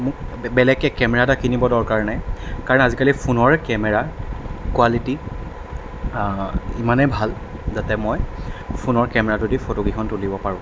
মোক বেলেগকৈ এটা কেমেৰা কিনিবৰ দৰকাৰ নাই কাৰণ আজিকালি ফোনৰ কেমেৰা কুৱালিটী ইমানেই ভাল যাতে মই ফোনৰ কেমেৰাটোৱেদি ফটোকেইখন তুলিব পাৰোঁ